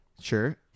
Sure